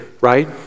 right